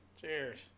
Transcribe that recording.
Cheers